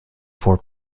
for